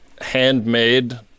handmade